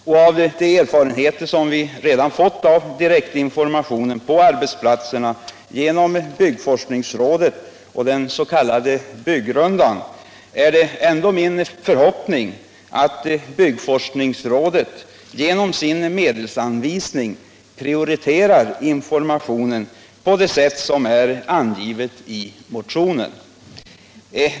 Där har man de erfarenheter vi redan fått av direktinformationen på arbetsplatserna genom byggforskningsrådet och den s.k. byggrundan. Nu är det min förhoppning att byggforskningsrådet genom sin medelsanvisning prioriterar informationen på det sätt som angivits i motionen.